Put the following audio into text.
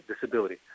disability